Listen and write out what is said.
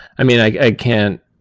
i mean, i can't